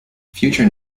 future